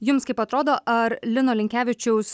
jums kaip atrodo ar lino linkevičiaus